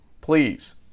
please